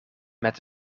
met